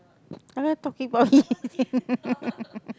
I'm not talking about him